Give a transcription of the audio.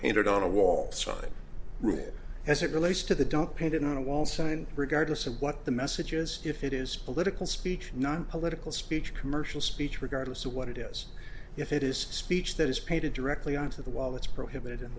painted on a wall side room as it relates to the don't paint in a wall sign regardless of what the message is if it is political speech not political speech commercial speech regardless of what it is if it is speech that is painted directly on to the wall that's prohibited in